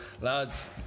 Lads